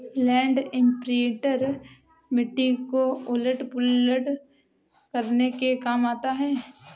land imprinter मिट्टी को उलट पुलट करने के काम आता है